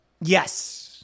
Yes